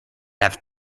have